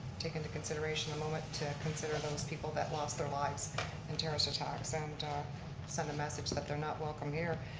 take into consideration a moment to consider those people that lost their lives in terrorist attacks. and send a message that they're not welcome here.